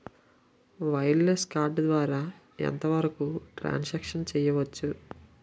Wireless card ద్వారా ఎంత వరకు ట్రాన్ సాంక్షన్ చేయవచ్చు?